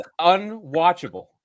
unwatchable